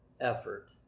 effort